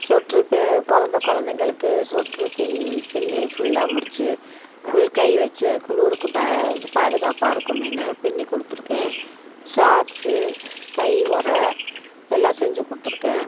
சொட்ரு பிறந்த குழந்தைங்களுக்கு சொட்ரு பின் பின்னி ஃபுல்லா முடித்து ஃபுல் கை வச்சு குளுருக்கு பா பாதுகாப்பா இருக்குமேன்னு பின்னி கொடுத்துருக்கேன் ஷாக்ஸு கை உர எல்லாம் செஞ்சு கொடுத்துருக்கேன்